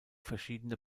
verschiedene